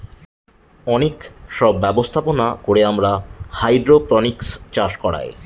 অনেক সব ব্যবস্থাপনা করে আমরা হাইড্রোপনিক্স চাষ করায়